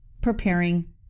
preparing